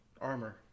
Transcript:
armor